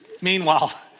Meanwhile